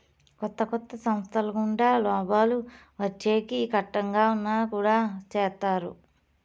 కొత్త కొత్త సంస్థల గుండా లాభాలు వచ్చేకి కట్టంగా ఉన్నా కుడా చేత్తారు